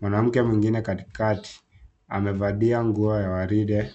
mwanamke mwingine katikati, amevalia nguo ya waride.